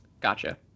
Gotcha